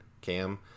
cam